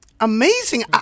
Amazing